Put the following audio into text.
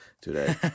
today